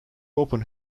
open